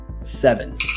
Seven